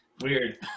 Weird